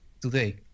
today